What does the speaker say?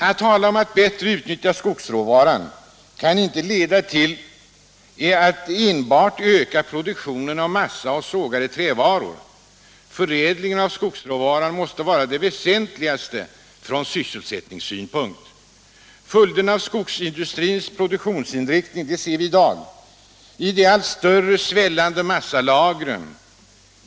Att tala om att Sverige utnyttjar skogsråvaran kan inte leda till att enbart öka produktionen av massaoch sågade trävaror. Förädlingen av skogsråvaran måste vara det väsentligaste från sysselsättningssynpunkt. Följderna av skogsindustrins produktionsinriktning ser vi i dag i de allt större och svällande massalagren.